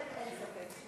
נתקבל.